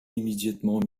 immédiatement